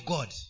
God